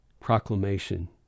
proclamation